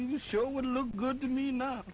you show would look good to me no